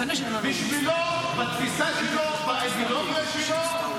בשבילו, בתפיסה שלו, באידיאולוגיה שלו,